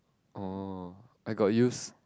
oh I got use